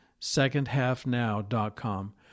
secondhalfnow.com